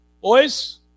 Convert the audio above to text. Boys